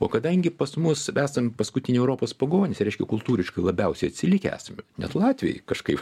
o kadangi pas mus esam paskutinių europos pagonys reiškia kultūriškai labiausiai atsilikę esame net latviai kažkaip